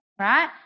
right